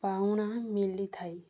ପାଉଣା ମିଳିଥାଏ